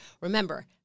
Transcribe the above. Remember